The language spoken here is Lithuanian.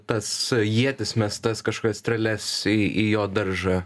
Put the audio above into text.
tas ietis mestas kažkokias strėles į jo daržą